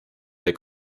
der